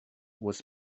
was